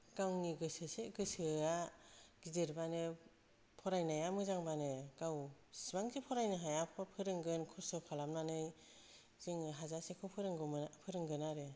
गावनि गोसोसै गोसोआ गिदिरबानो फरायनाया मोजांबानो गाव जेसेबांखि फरायनो हाया फोरोंगोन खस्त' खालामानानै जोङो हाजासेखौ फोरोंगोन आरो